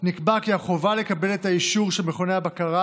נקבע כי החובה לקבל את האישור של מכוני הבקרה